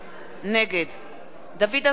נגד דוד אזולאי,